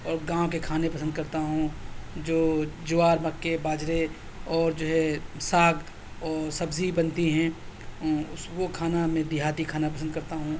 اور گاؤں کے کھانے پسند کرتا ہوں جو جَوار مکّّے باجرے اور جو ہے ساگ اور سبزی بنتی ہیں وہ کھانا میں دیہاتی کھانا پسند کرتا ہوں